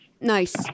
Nice